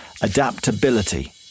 adaptability